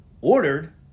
Ordered